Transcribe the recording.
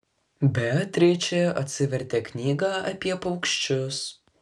beatričė atsivertė knygą apie paukščius